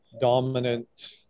dominant